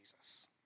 Jesus